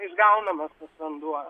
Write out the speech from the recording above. išgaunamas tas vanduo